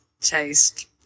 taste